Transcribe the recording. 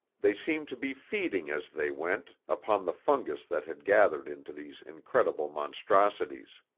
they seemed to be feeding as they went, upon the fungus that had gathered into these incredible monstrosities.